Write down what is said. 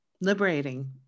liberating